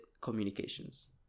communications